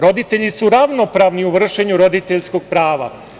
Roditelju su ravnopravni u vršenju roditeljskog prava.